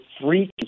three